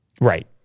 Right